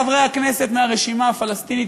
חברי הכנסת מהרשימה הפלסטינית,